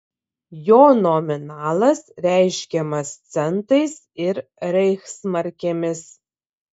jo nominalas reiškiamas centais ir reichsmarkėmis